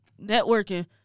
Networking